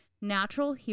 natural